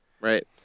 Right